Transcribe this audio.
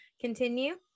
Continue